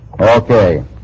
Okay